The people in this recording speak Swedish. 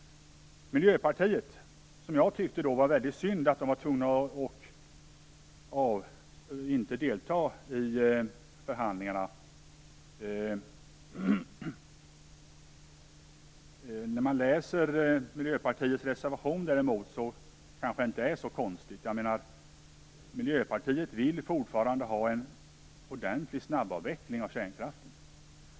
Jag tyckte att det var synd att Miljöpartiet var tvunget att avstå från att delta i förhandlingarna. När jag läser Miljöpartiets reservation, däremot, tycker jag kanske inte att det är så konstigt. Miljöpartiet vill fortfarande ha en ordentlig snabbavveckling av kärnkraften.